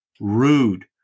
rude